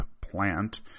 plant